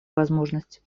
возможность